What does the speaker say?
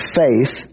faith